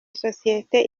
isosiyete